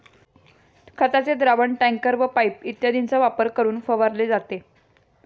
खताचे द्रावण टँकर व पाइप इत्यादींचा वापर करून फवारले जाते